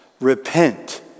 Repent